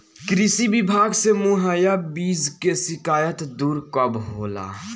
कृषि विभाग से मुहैया बीज के शिकायत दुर कब होला?